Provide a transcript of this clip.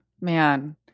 man